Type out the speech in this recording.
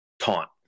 taunt